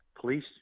police